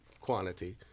Quantity